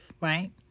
right